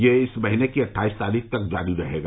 यह इस महीने की अट्ठाईस तारीख तक जारी रहेगा